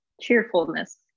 cheerfulness